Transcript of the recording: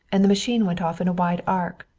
and the machine went off in a wide arc.